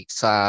sa